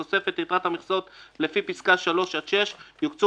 בתוספת יתרת המכסות לפי פסקאות (3) עד (6) יוקצו